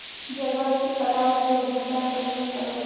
जलवायु के कटाव से भुगतान कुंसम करूम?